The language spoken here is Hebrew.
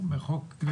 מחוק כלי ירייה?